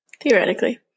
Theoretically